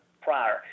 prior